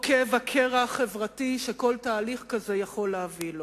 או כאב הקרע החברתי שכל תהליך כזה יכול להביא.